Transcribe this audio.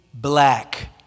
black